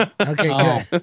okay